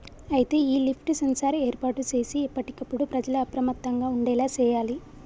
అయితే ఈ lift sensor ఏర్పాటు సేసి ఎప్పటికప్పుడు ప్రజల అప్రమత్తంగా ఉండేలా సేయాలి